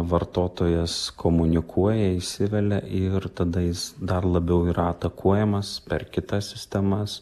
vartotojas komunikuoja įsivelia ir tada jis dar labiau yra takuojamas per kitas sistemas